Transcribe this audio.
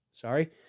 Sorry